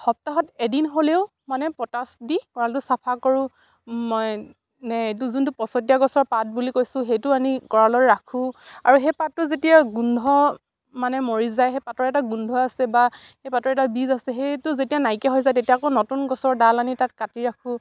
সপ্তাহত এদিন হ'লেও মানে পটাচ দি গঁৰালটো চাফা কৰোঁ মই ন এইটো যোনটো পচতীয়া গছৰ পাত বুলি কৈছোঁ সেইটো আনি গঁৰালত ৰাখোঁ আৰু সেই পাতটো যেতিয়া গোন্ধ মানে মৰি যায় সেই পাতৰ এটা গোন্ধ আছে বা সেই পাতৰ এটা বীজ আছে সেইটো যেতিয়া নাইকিয়া হৈ যায় তেতিয়া আকৌ নতুন গছৰ ডাল আনি তাত কাটি ৰাখোঁ